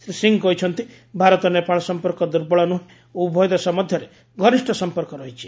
ଶ୍ରୀ ସିଂହ କହିଛନ୍ତି ଭାରତ ନେପାଳ ସମ୍ପର୍କ ଦୁର୍ବଳ ନୁହେଁ ଓ ଉଭୟ ଦେଶ ମଧ୍ୟରେ ଘନିଷ୍ଠ ସମ୍ପର୍କ ରହିଛି